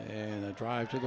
and a drive